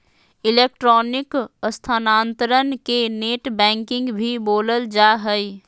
electronic स्थानान्तरण के net banking भी बोलल जा हइ